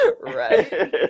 Right